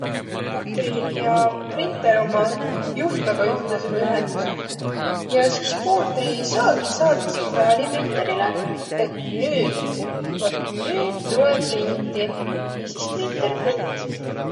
Puutri ja printer ommaq juhtmõga ütstõsõga ühendüseh. Ja sis puutri saagi saata signaali printerile, et nüüd, vot nüüd tulõ printiq. Ja sis printer print.